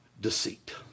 deceit